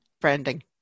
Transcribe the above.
Branding